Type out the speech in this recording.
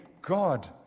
God